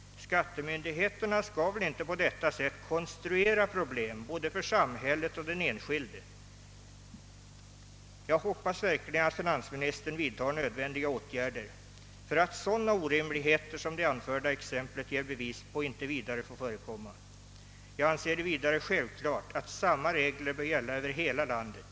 Myndigheterna skall väl inte på detta sätt konstruera problem både för samhället och för den enskilde. Jag hoppas verkligen att finansministern vidtar nödvändiga åtgärder för att sådana orimligheter som det anförda exemplet ger bevis på inte vidare skall förekomma. Jag anser det vidare självklart att samma regler bör gälla över hela landet.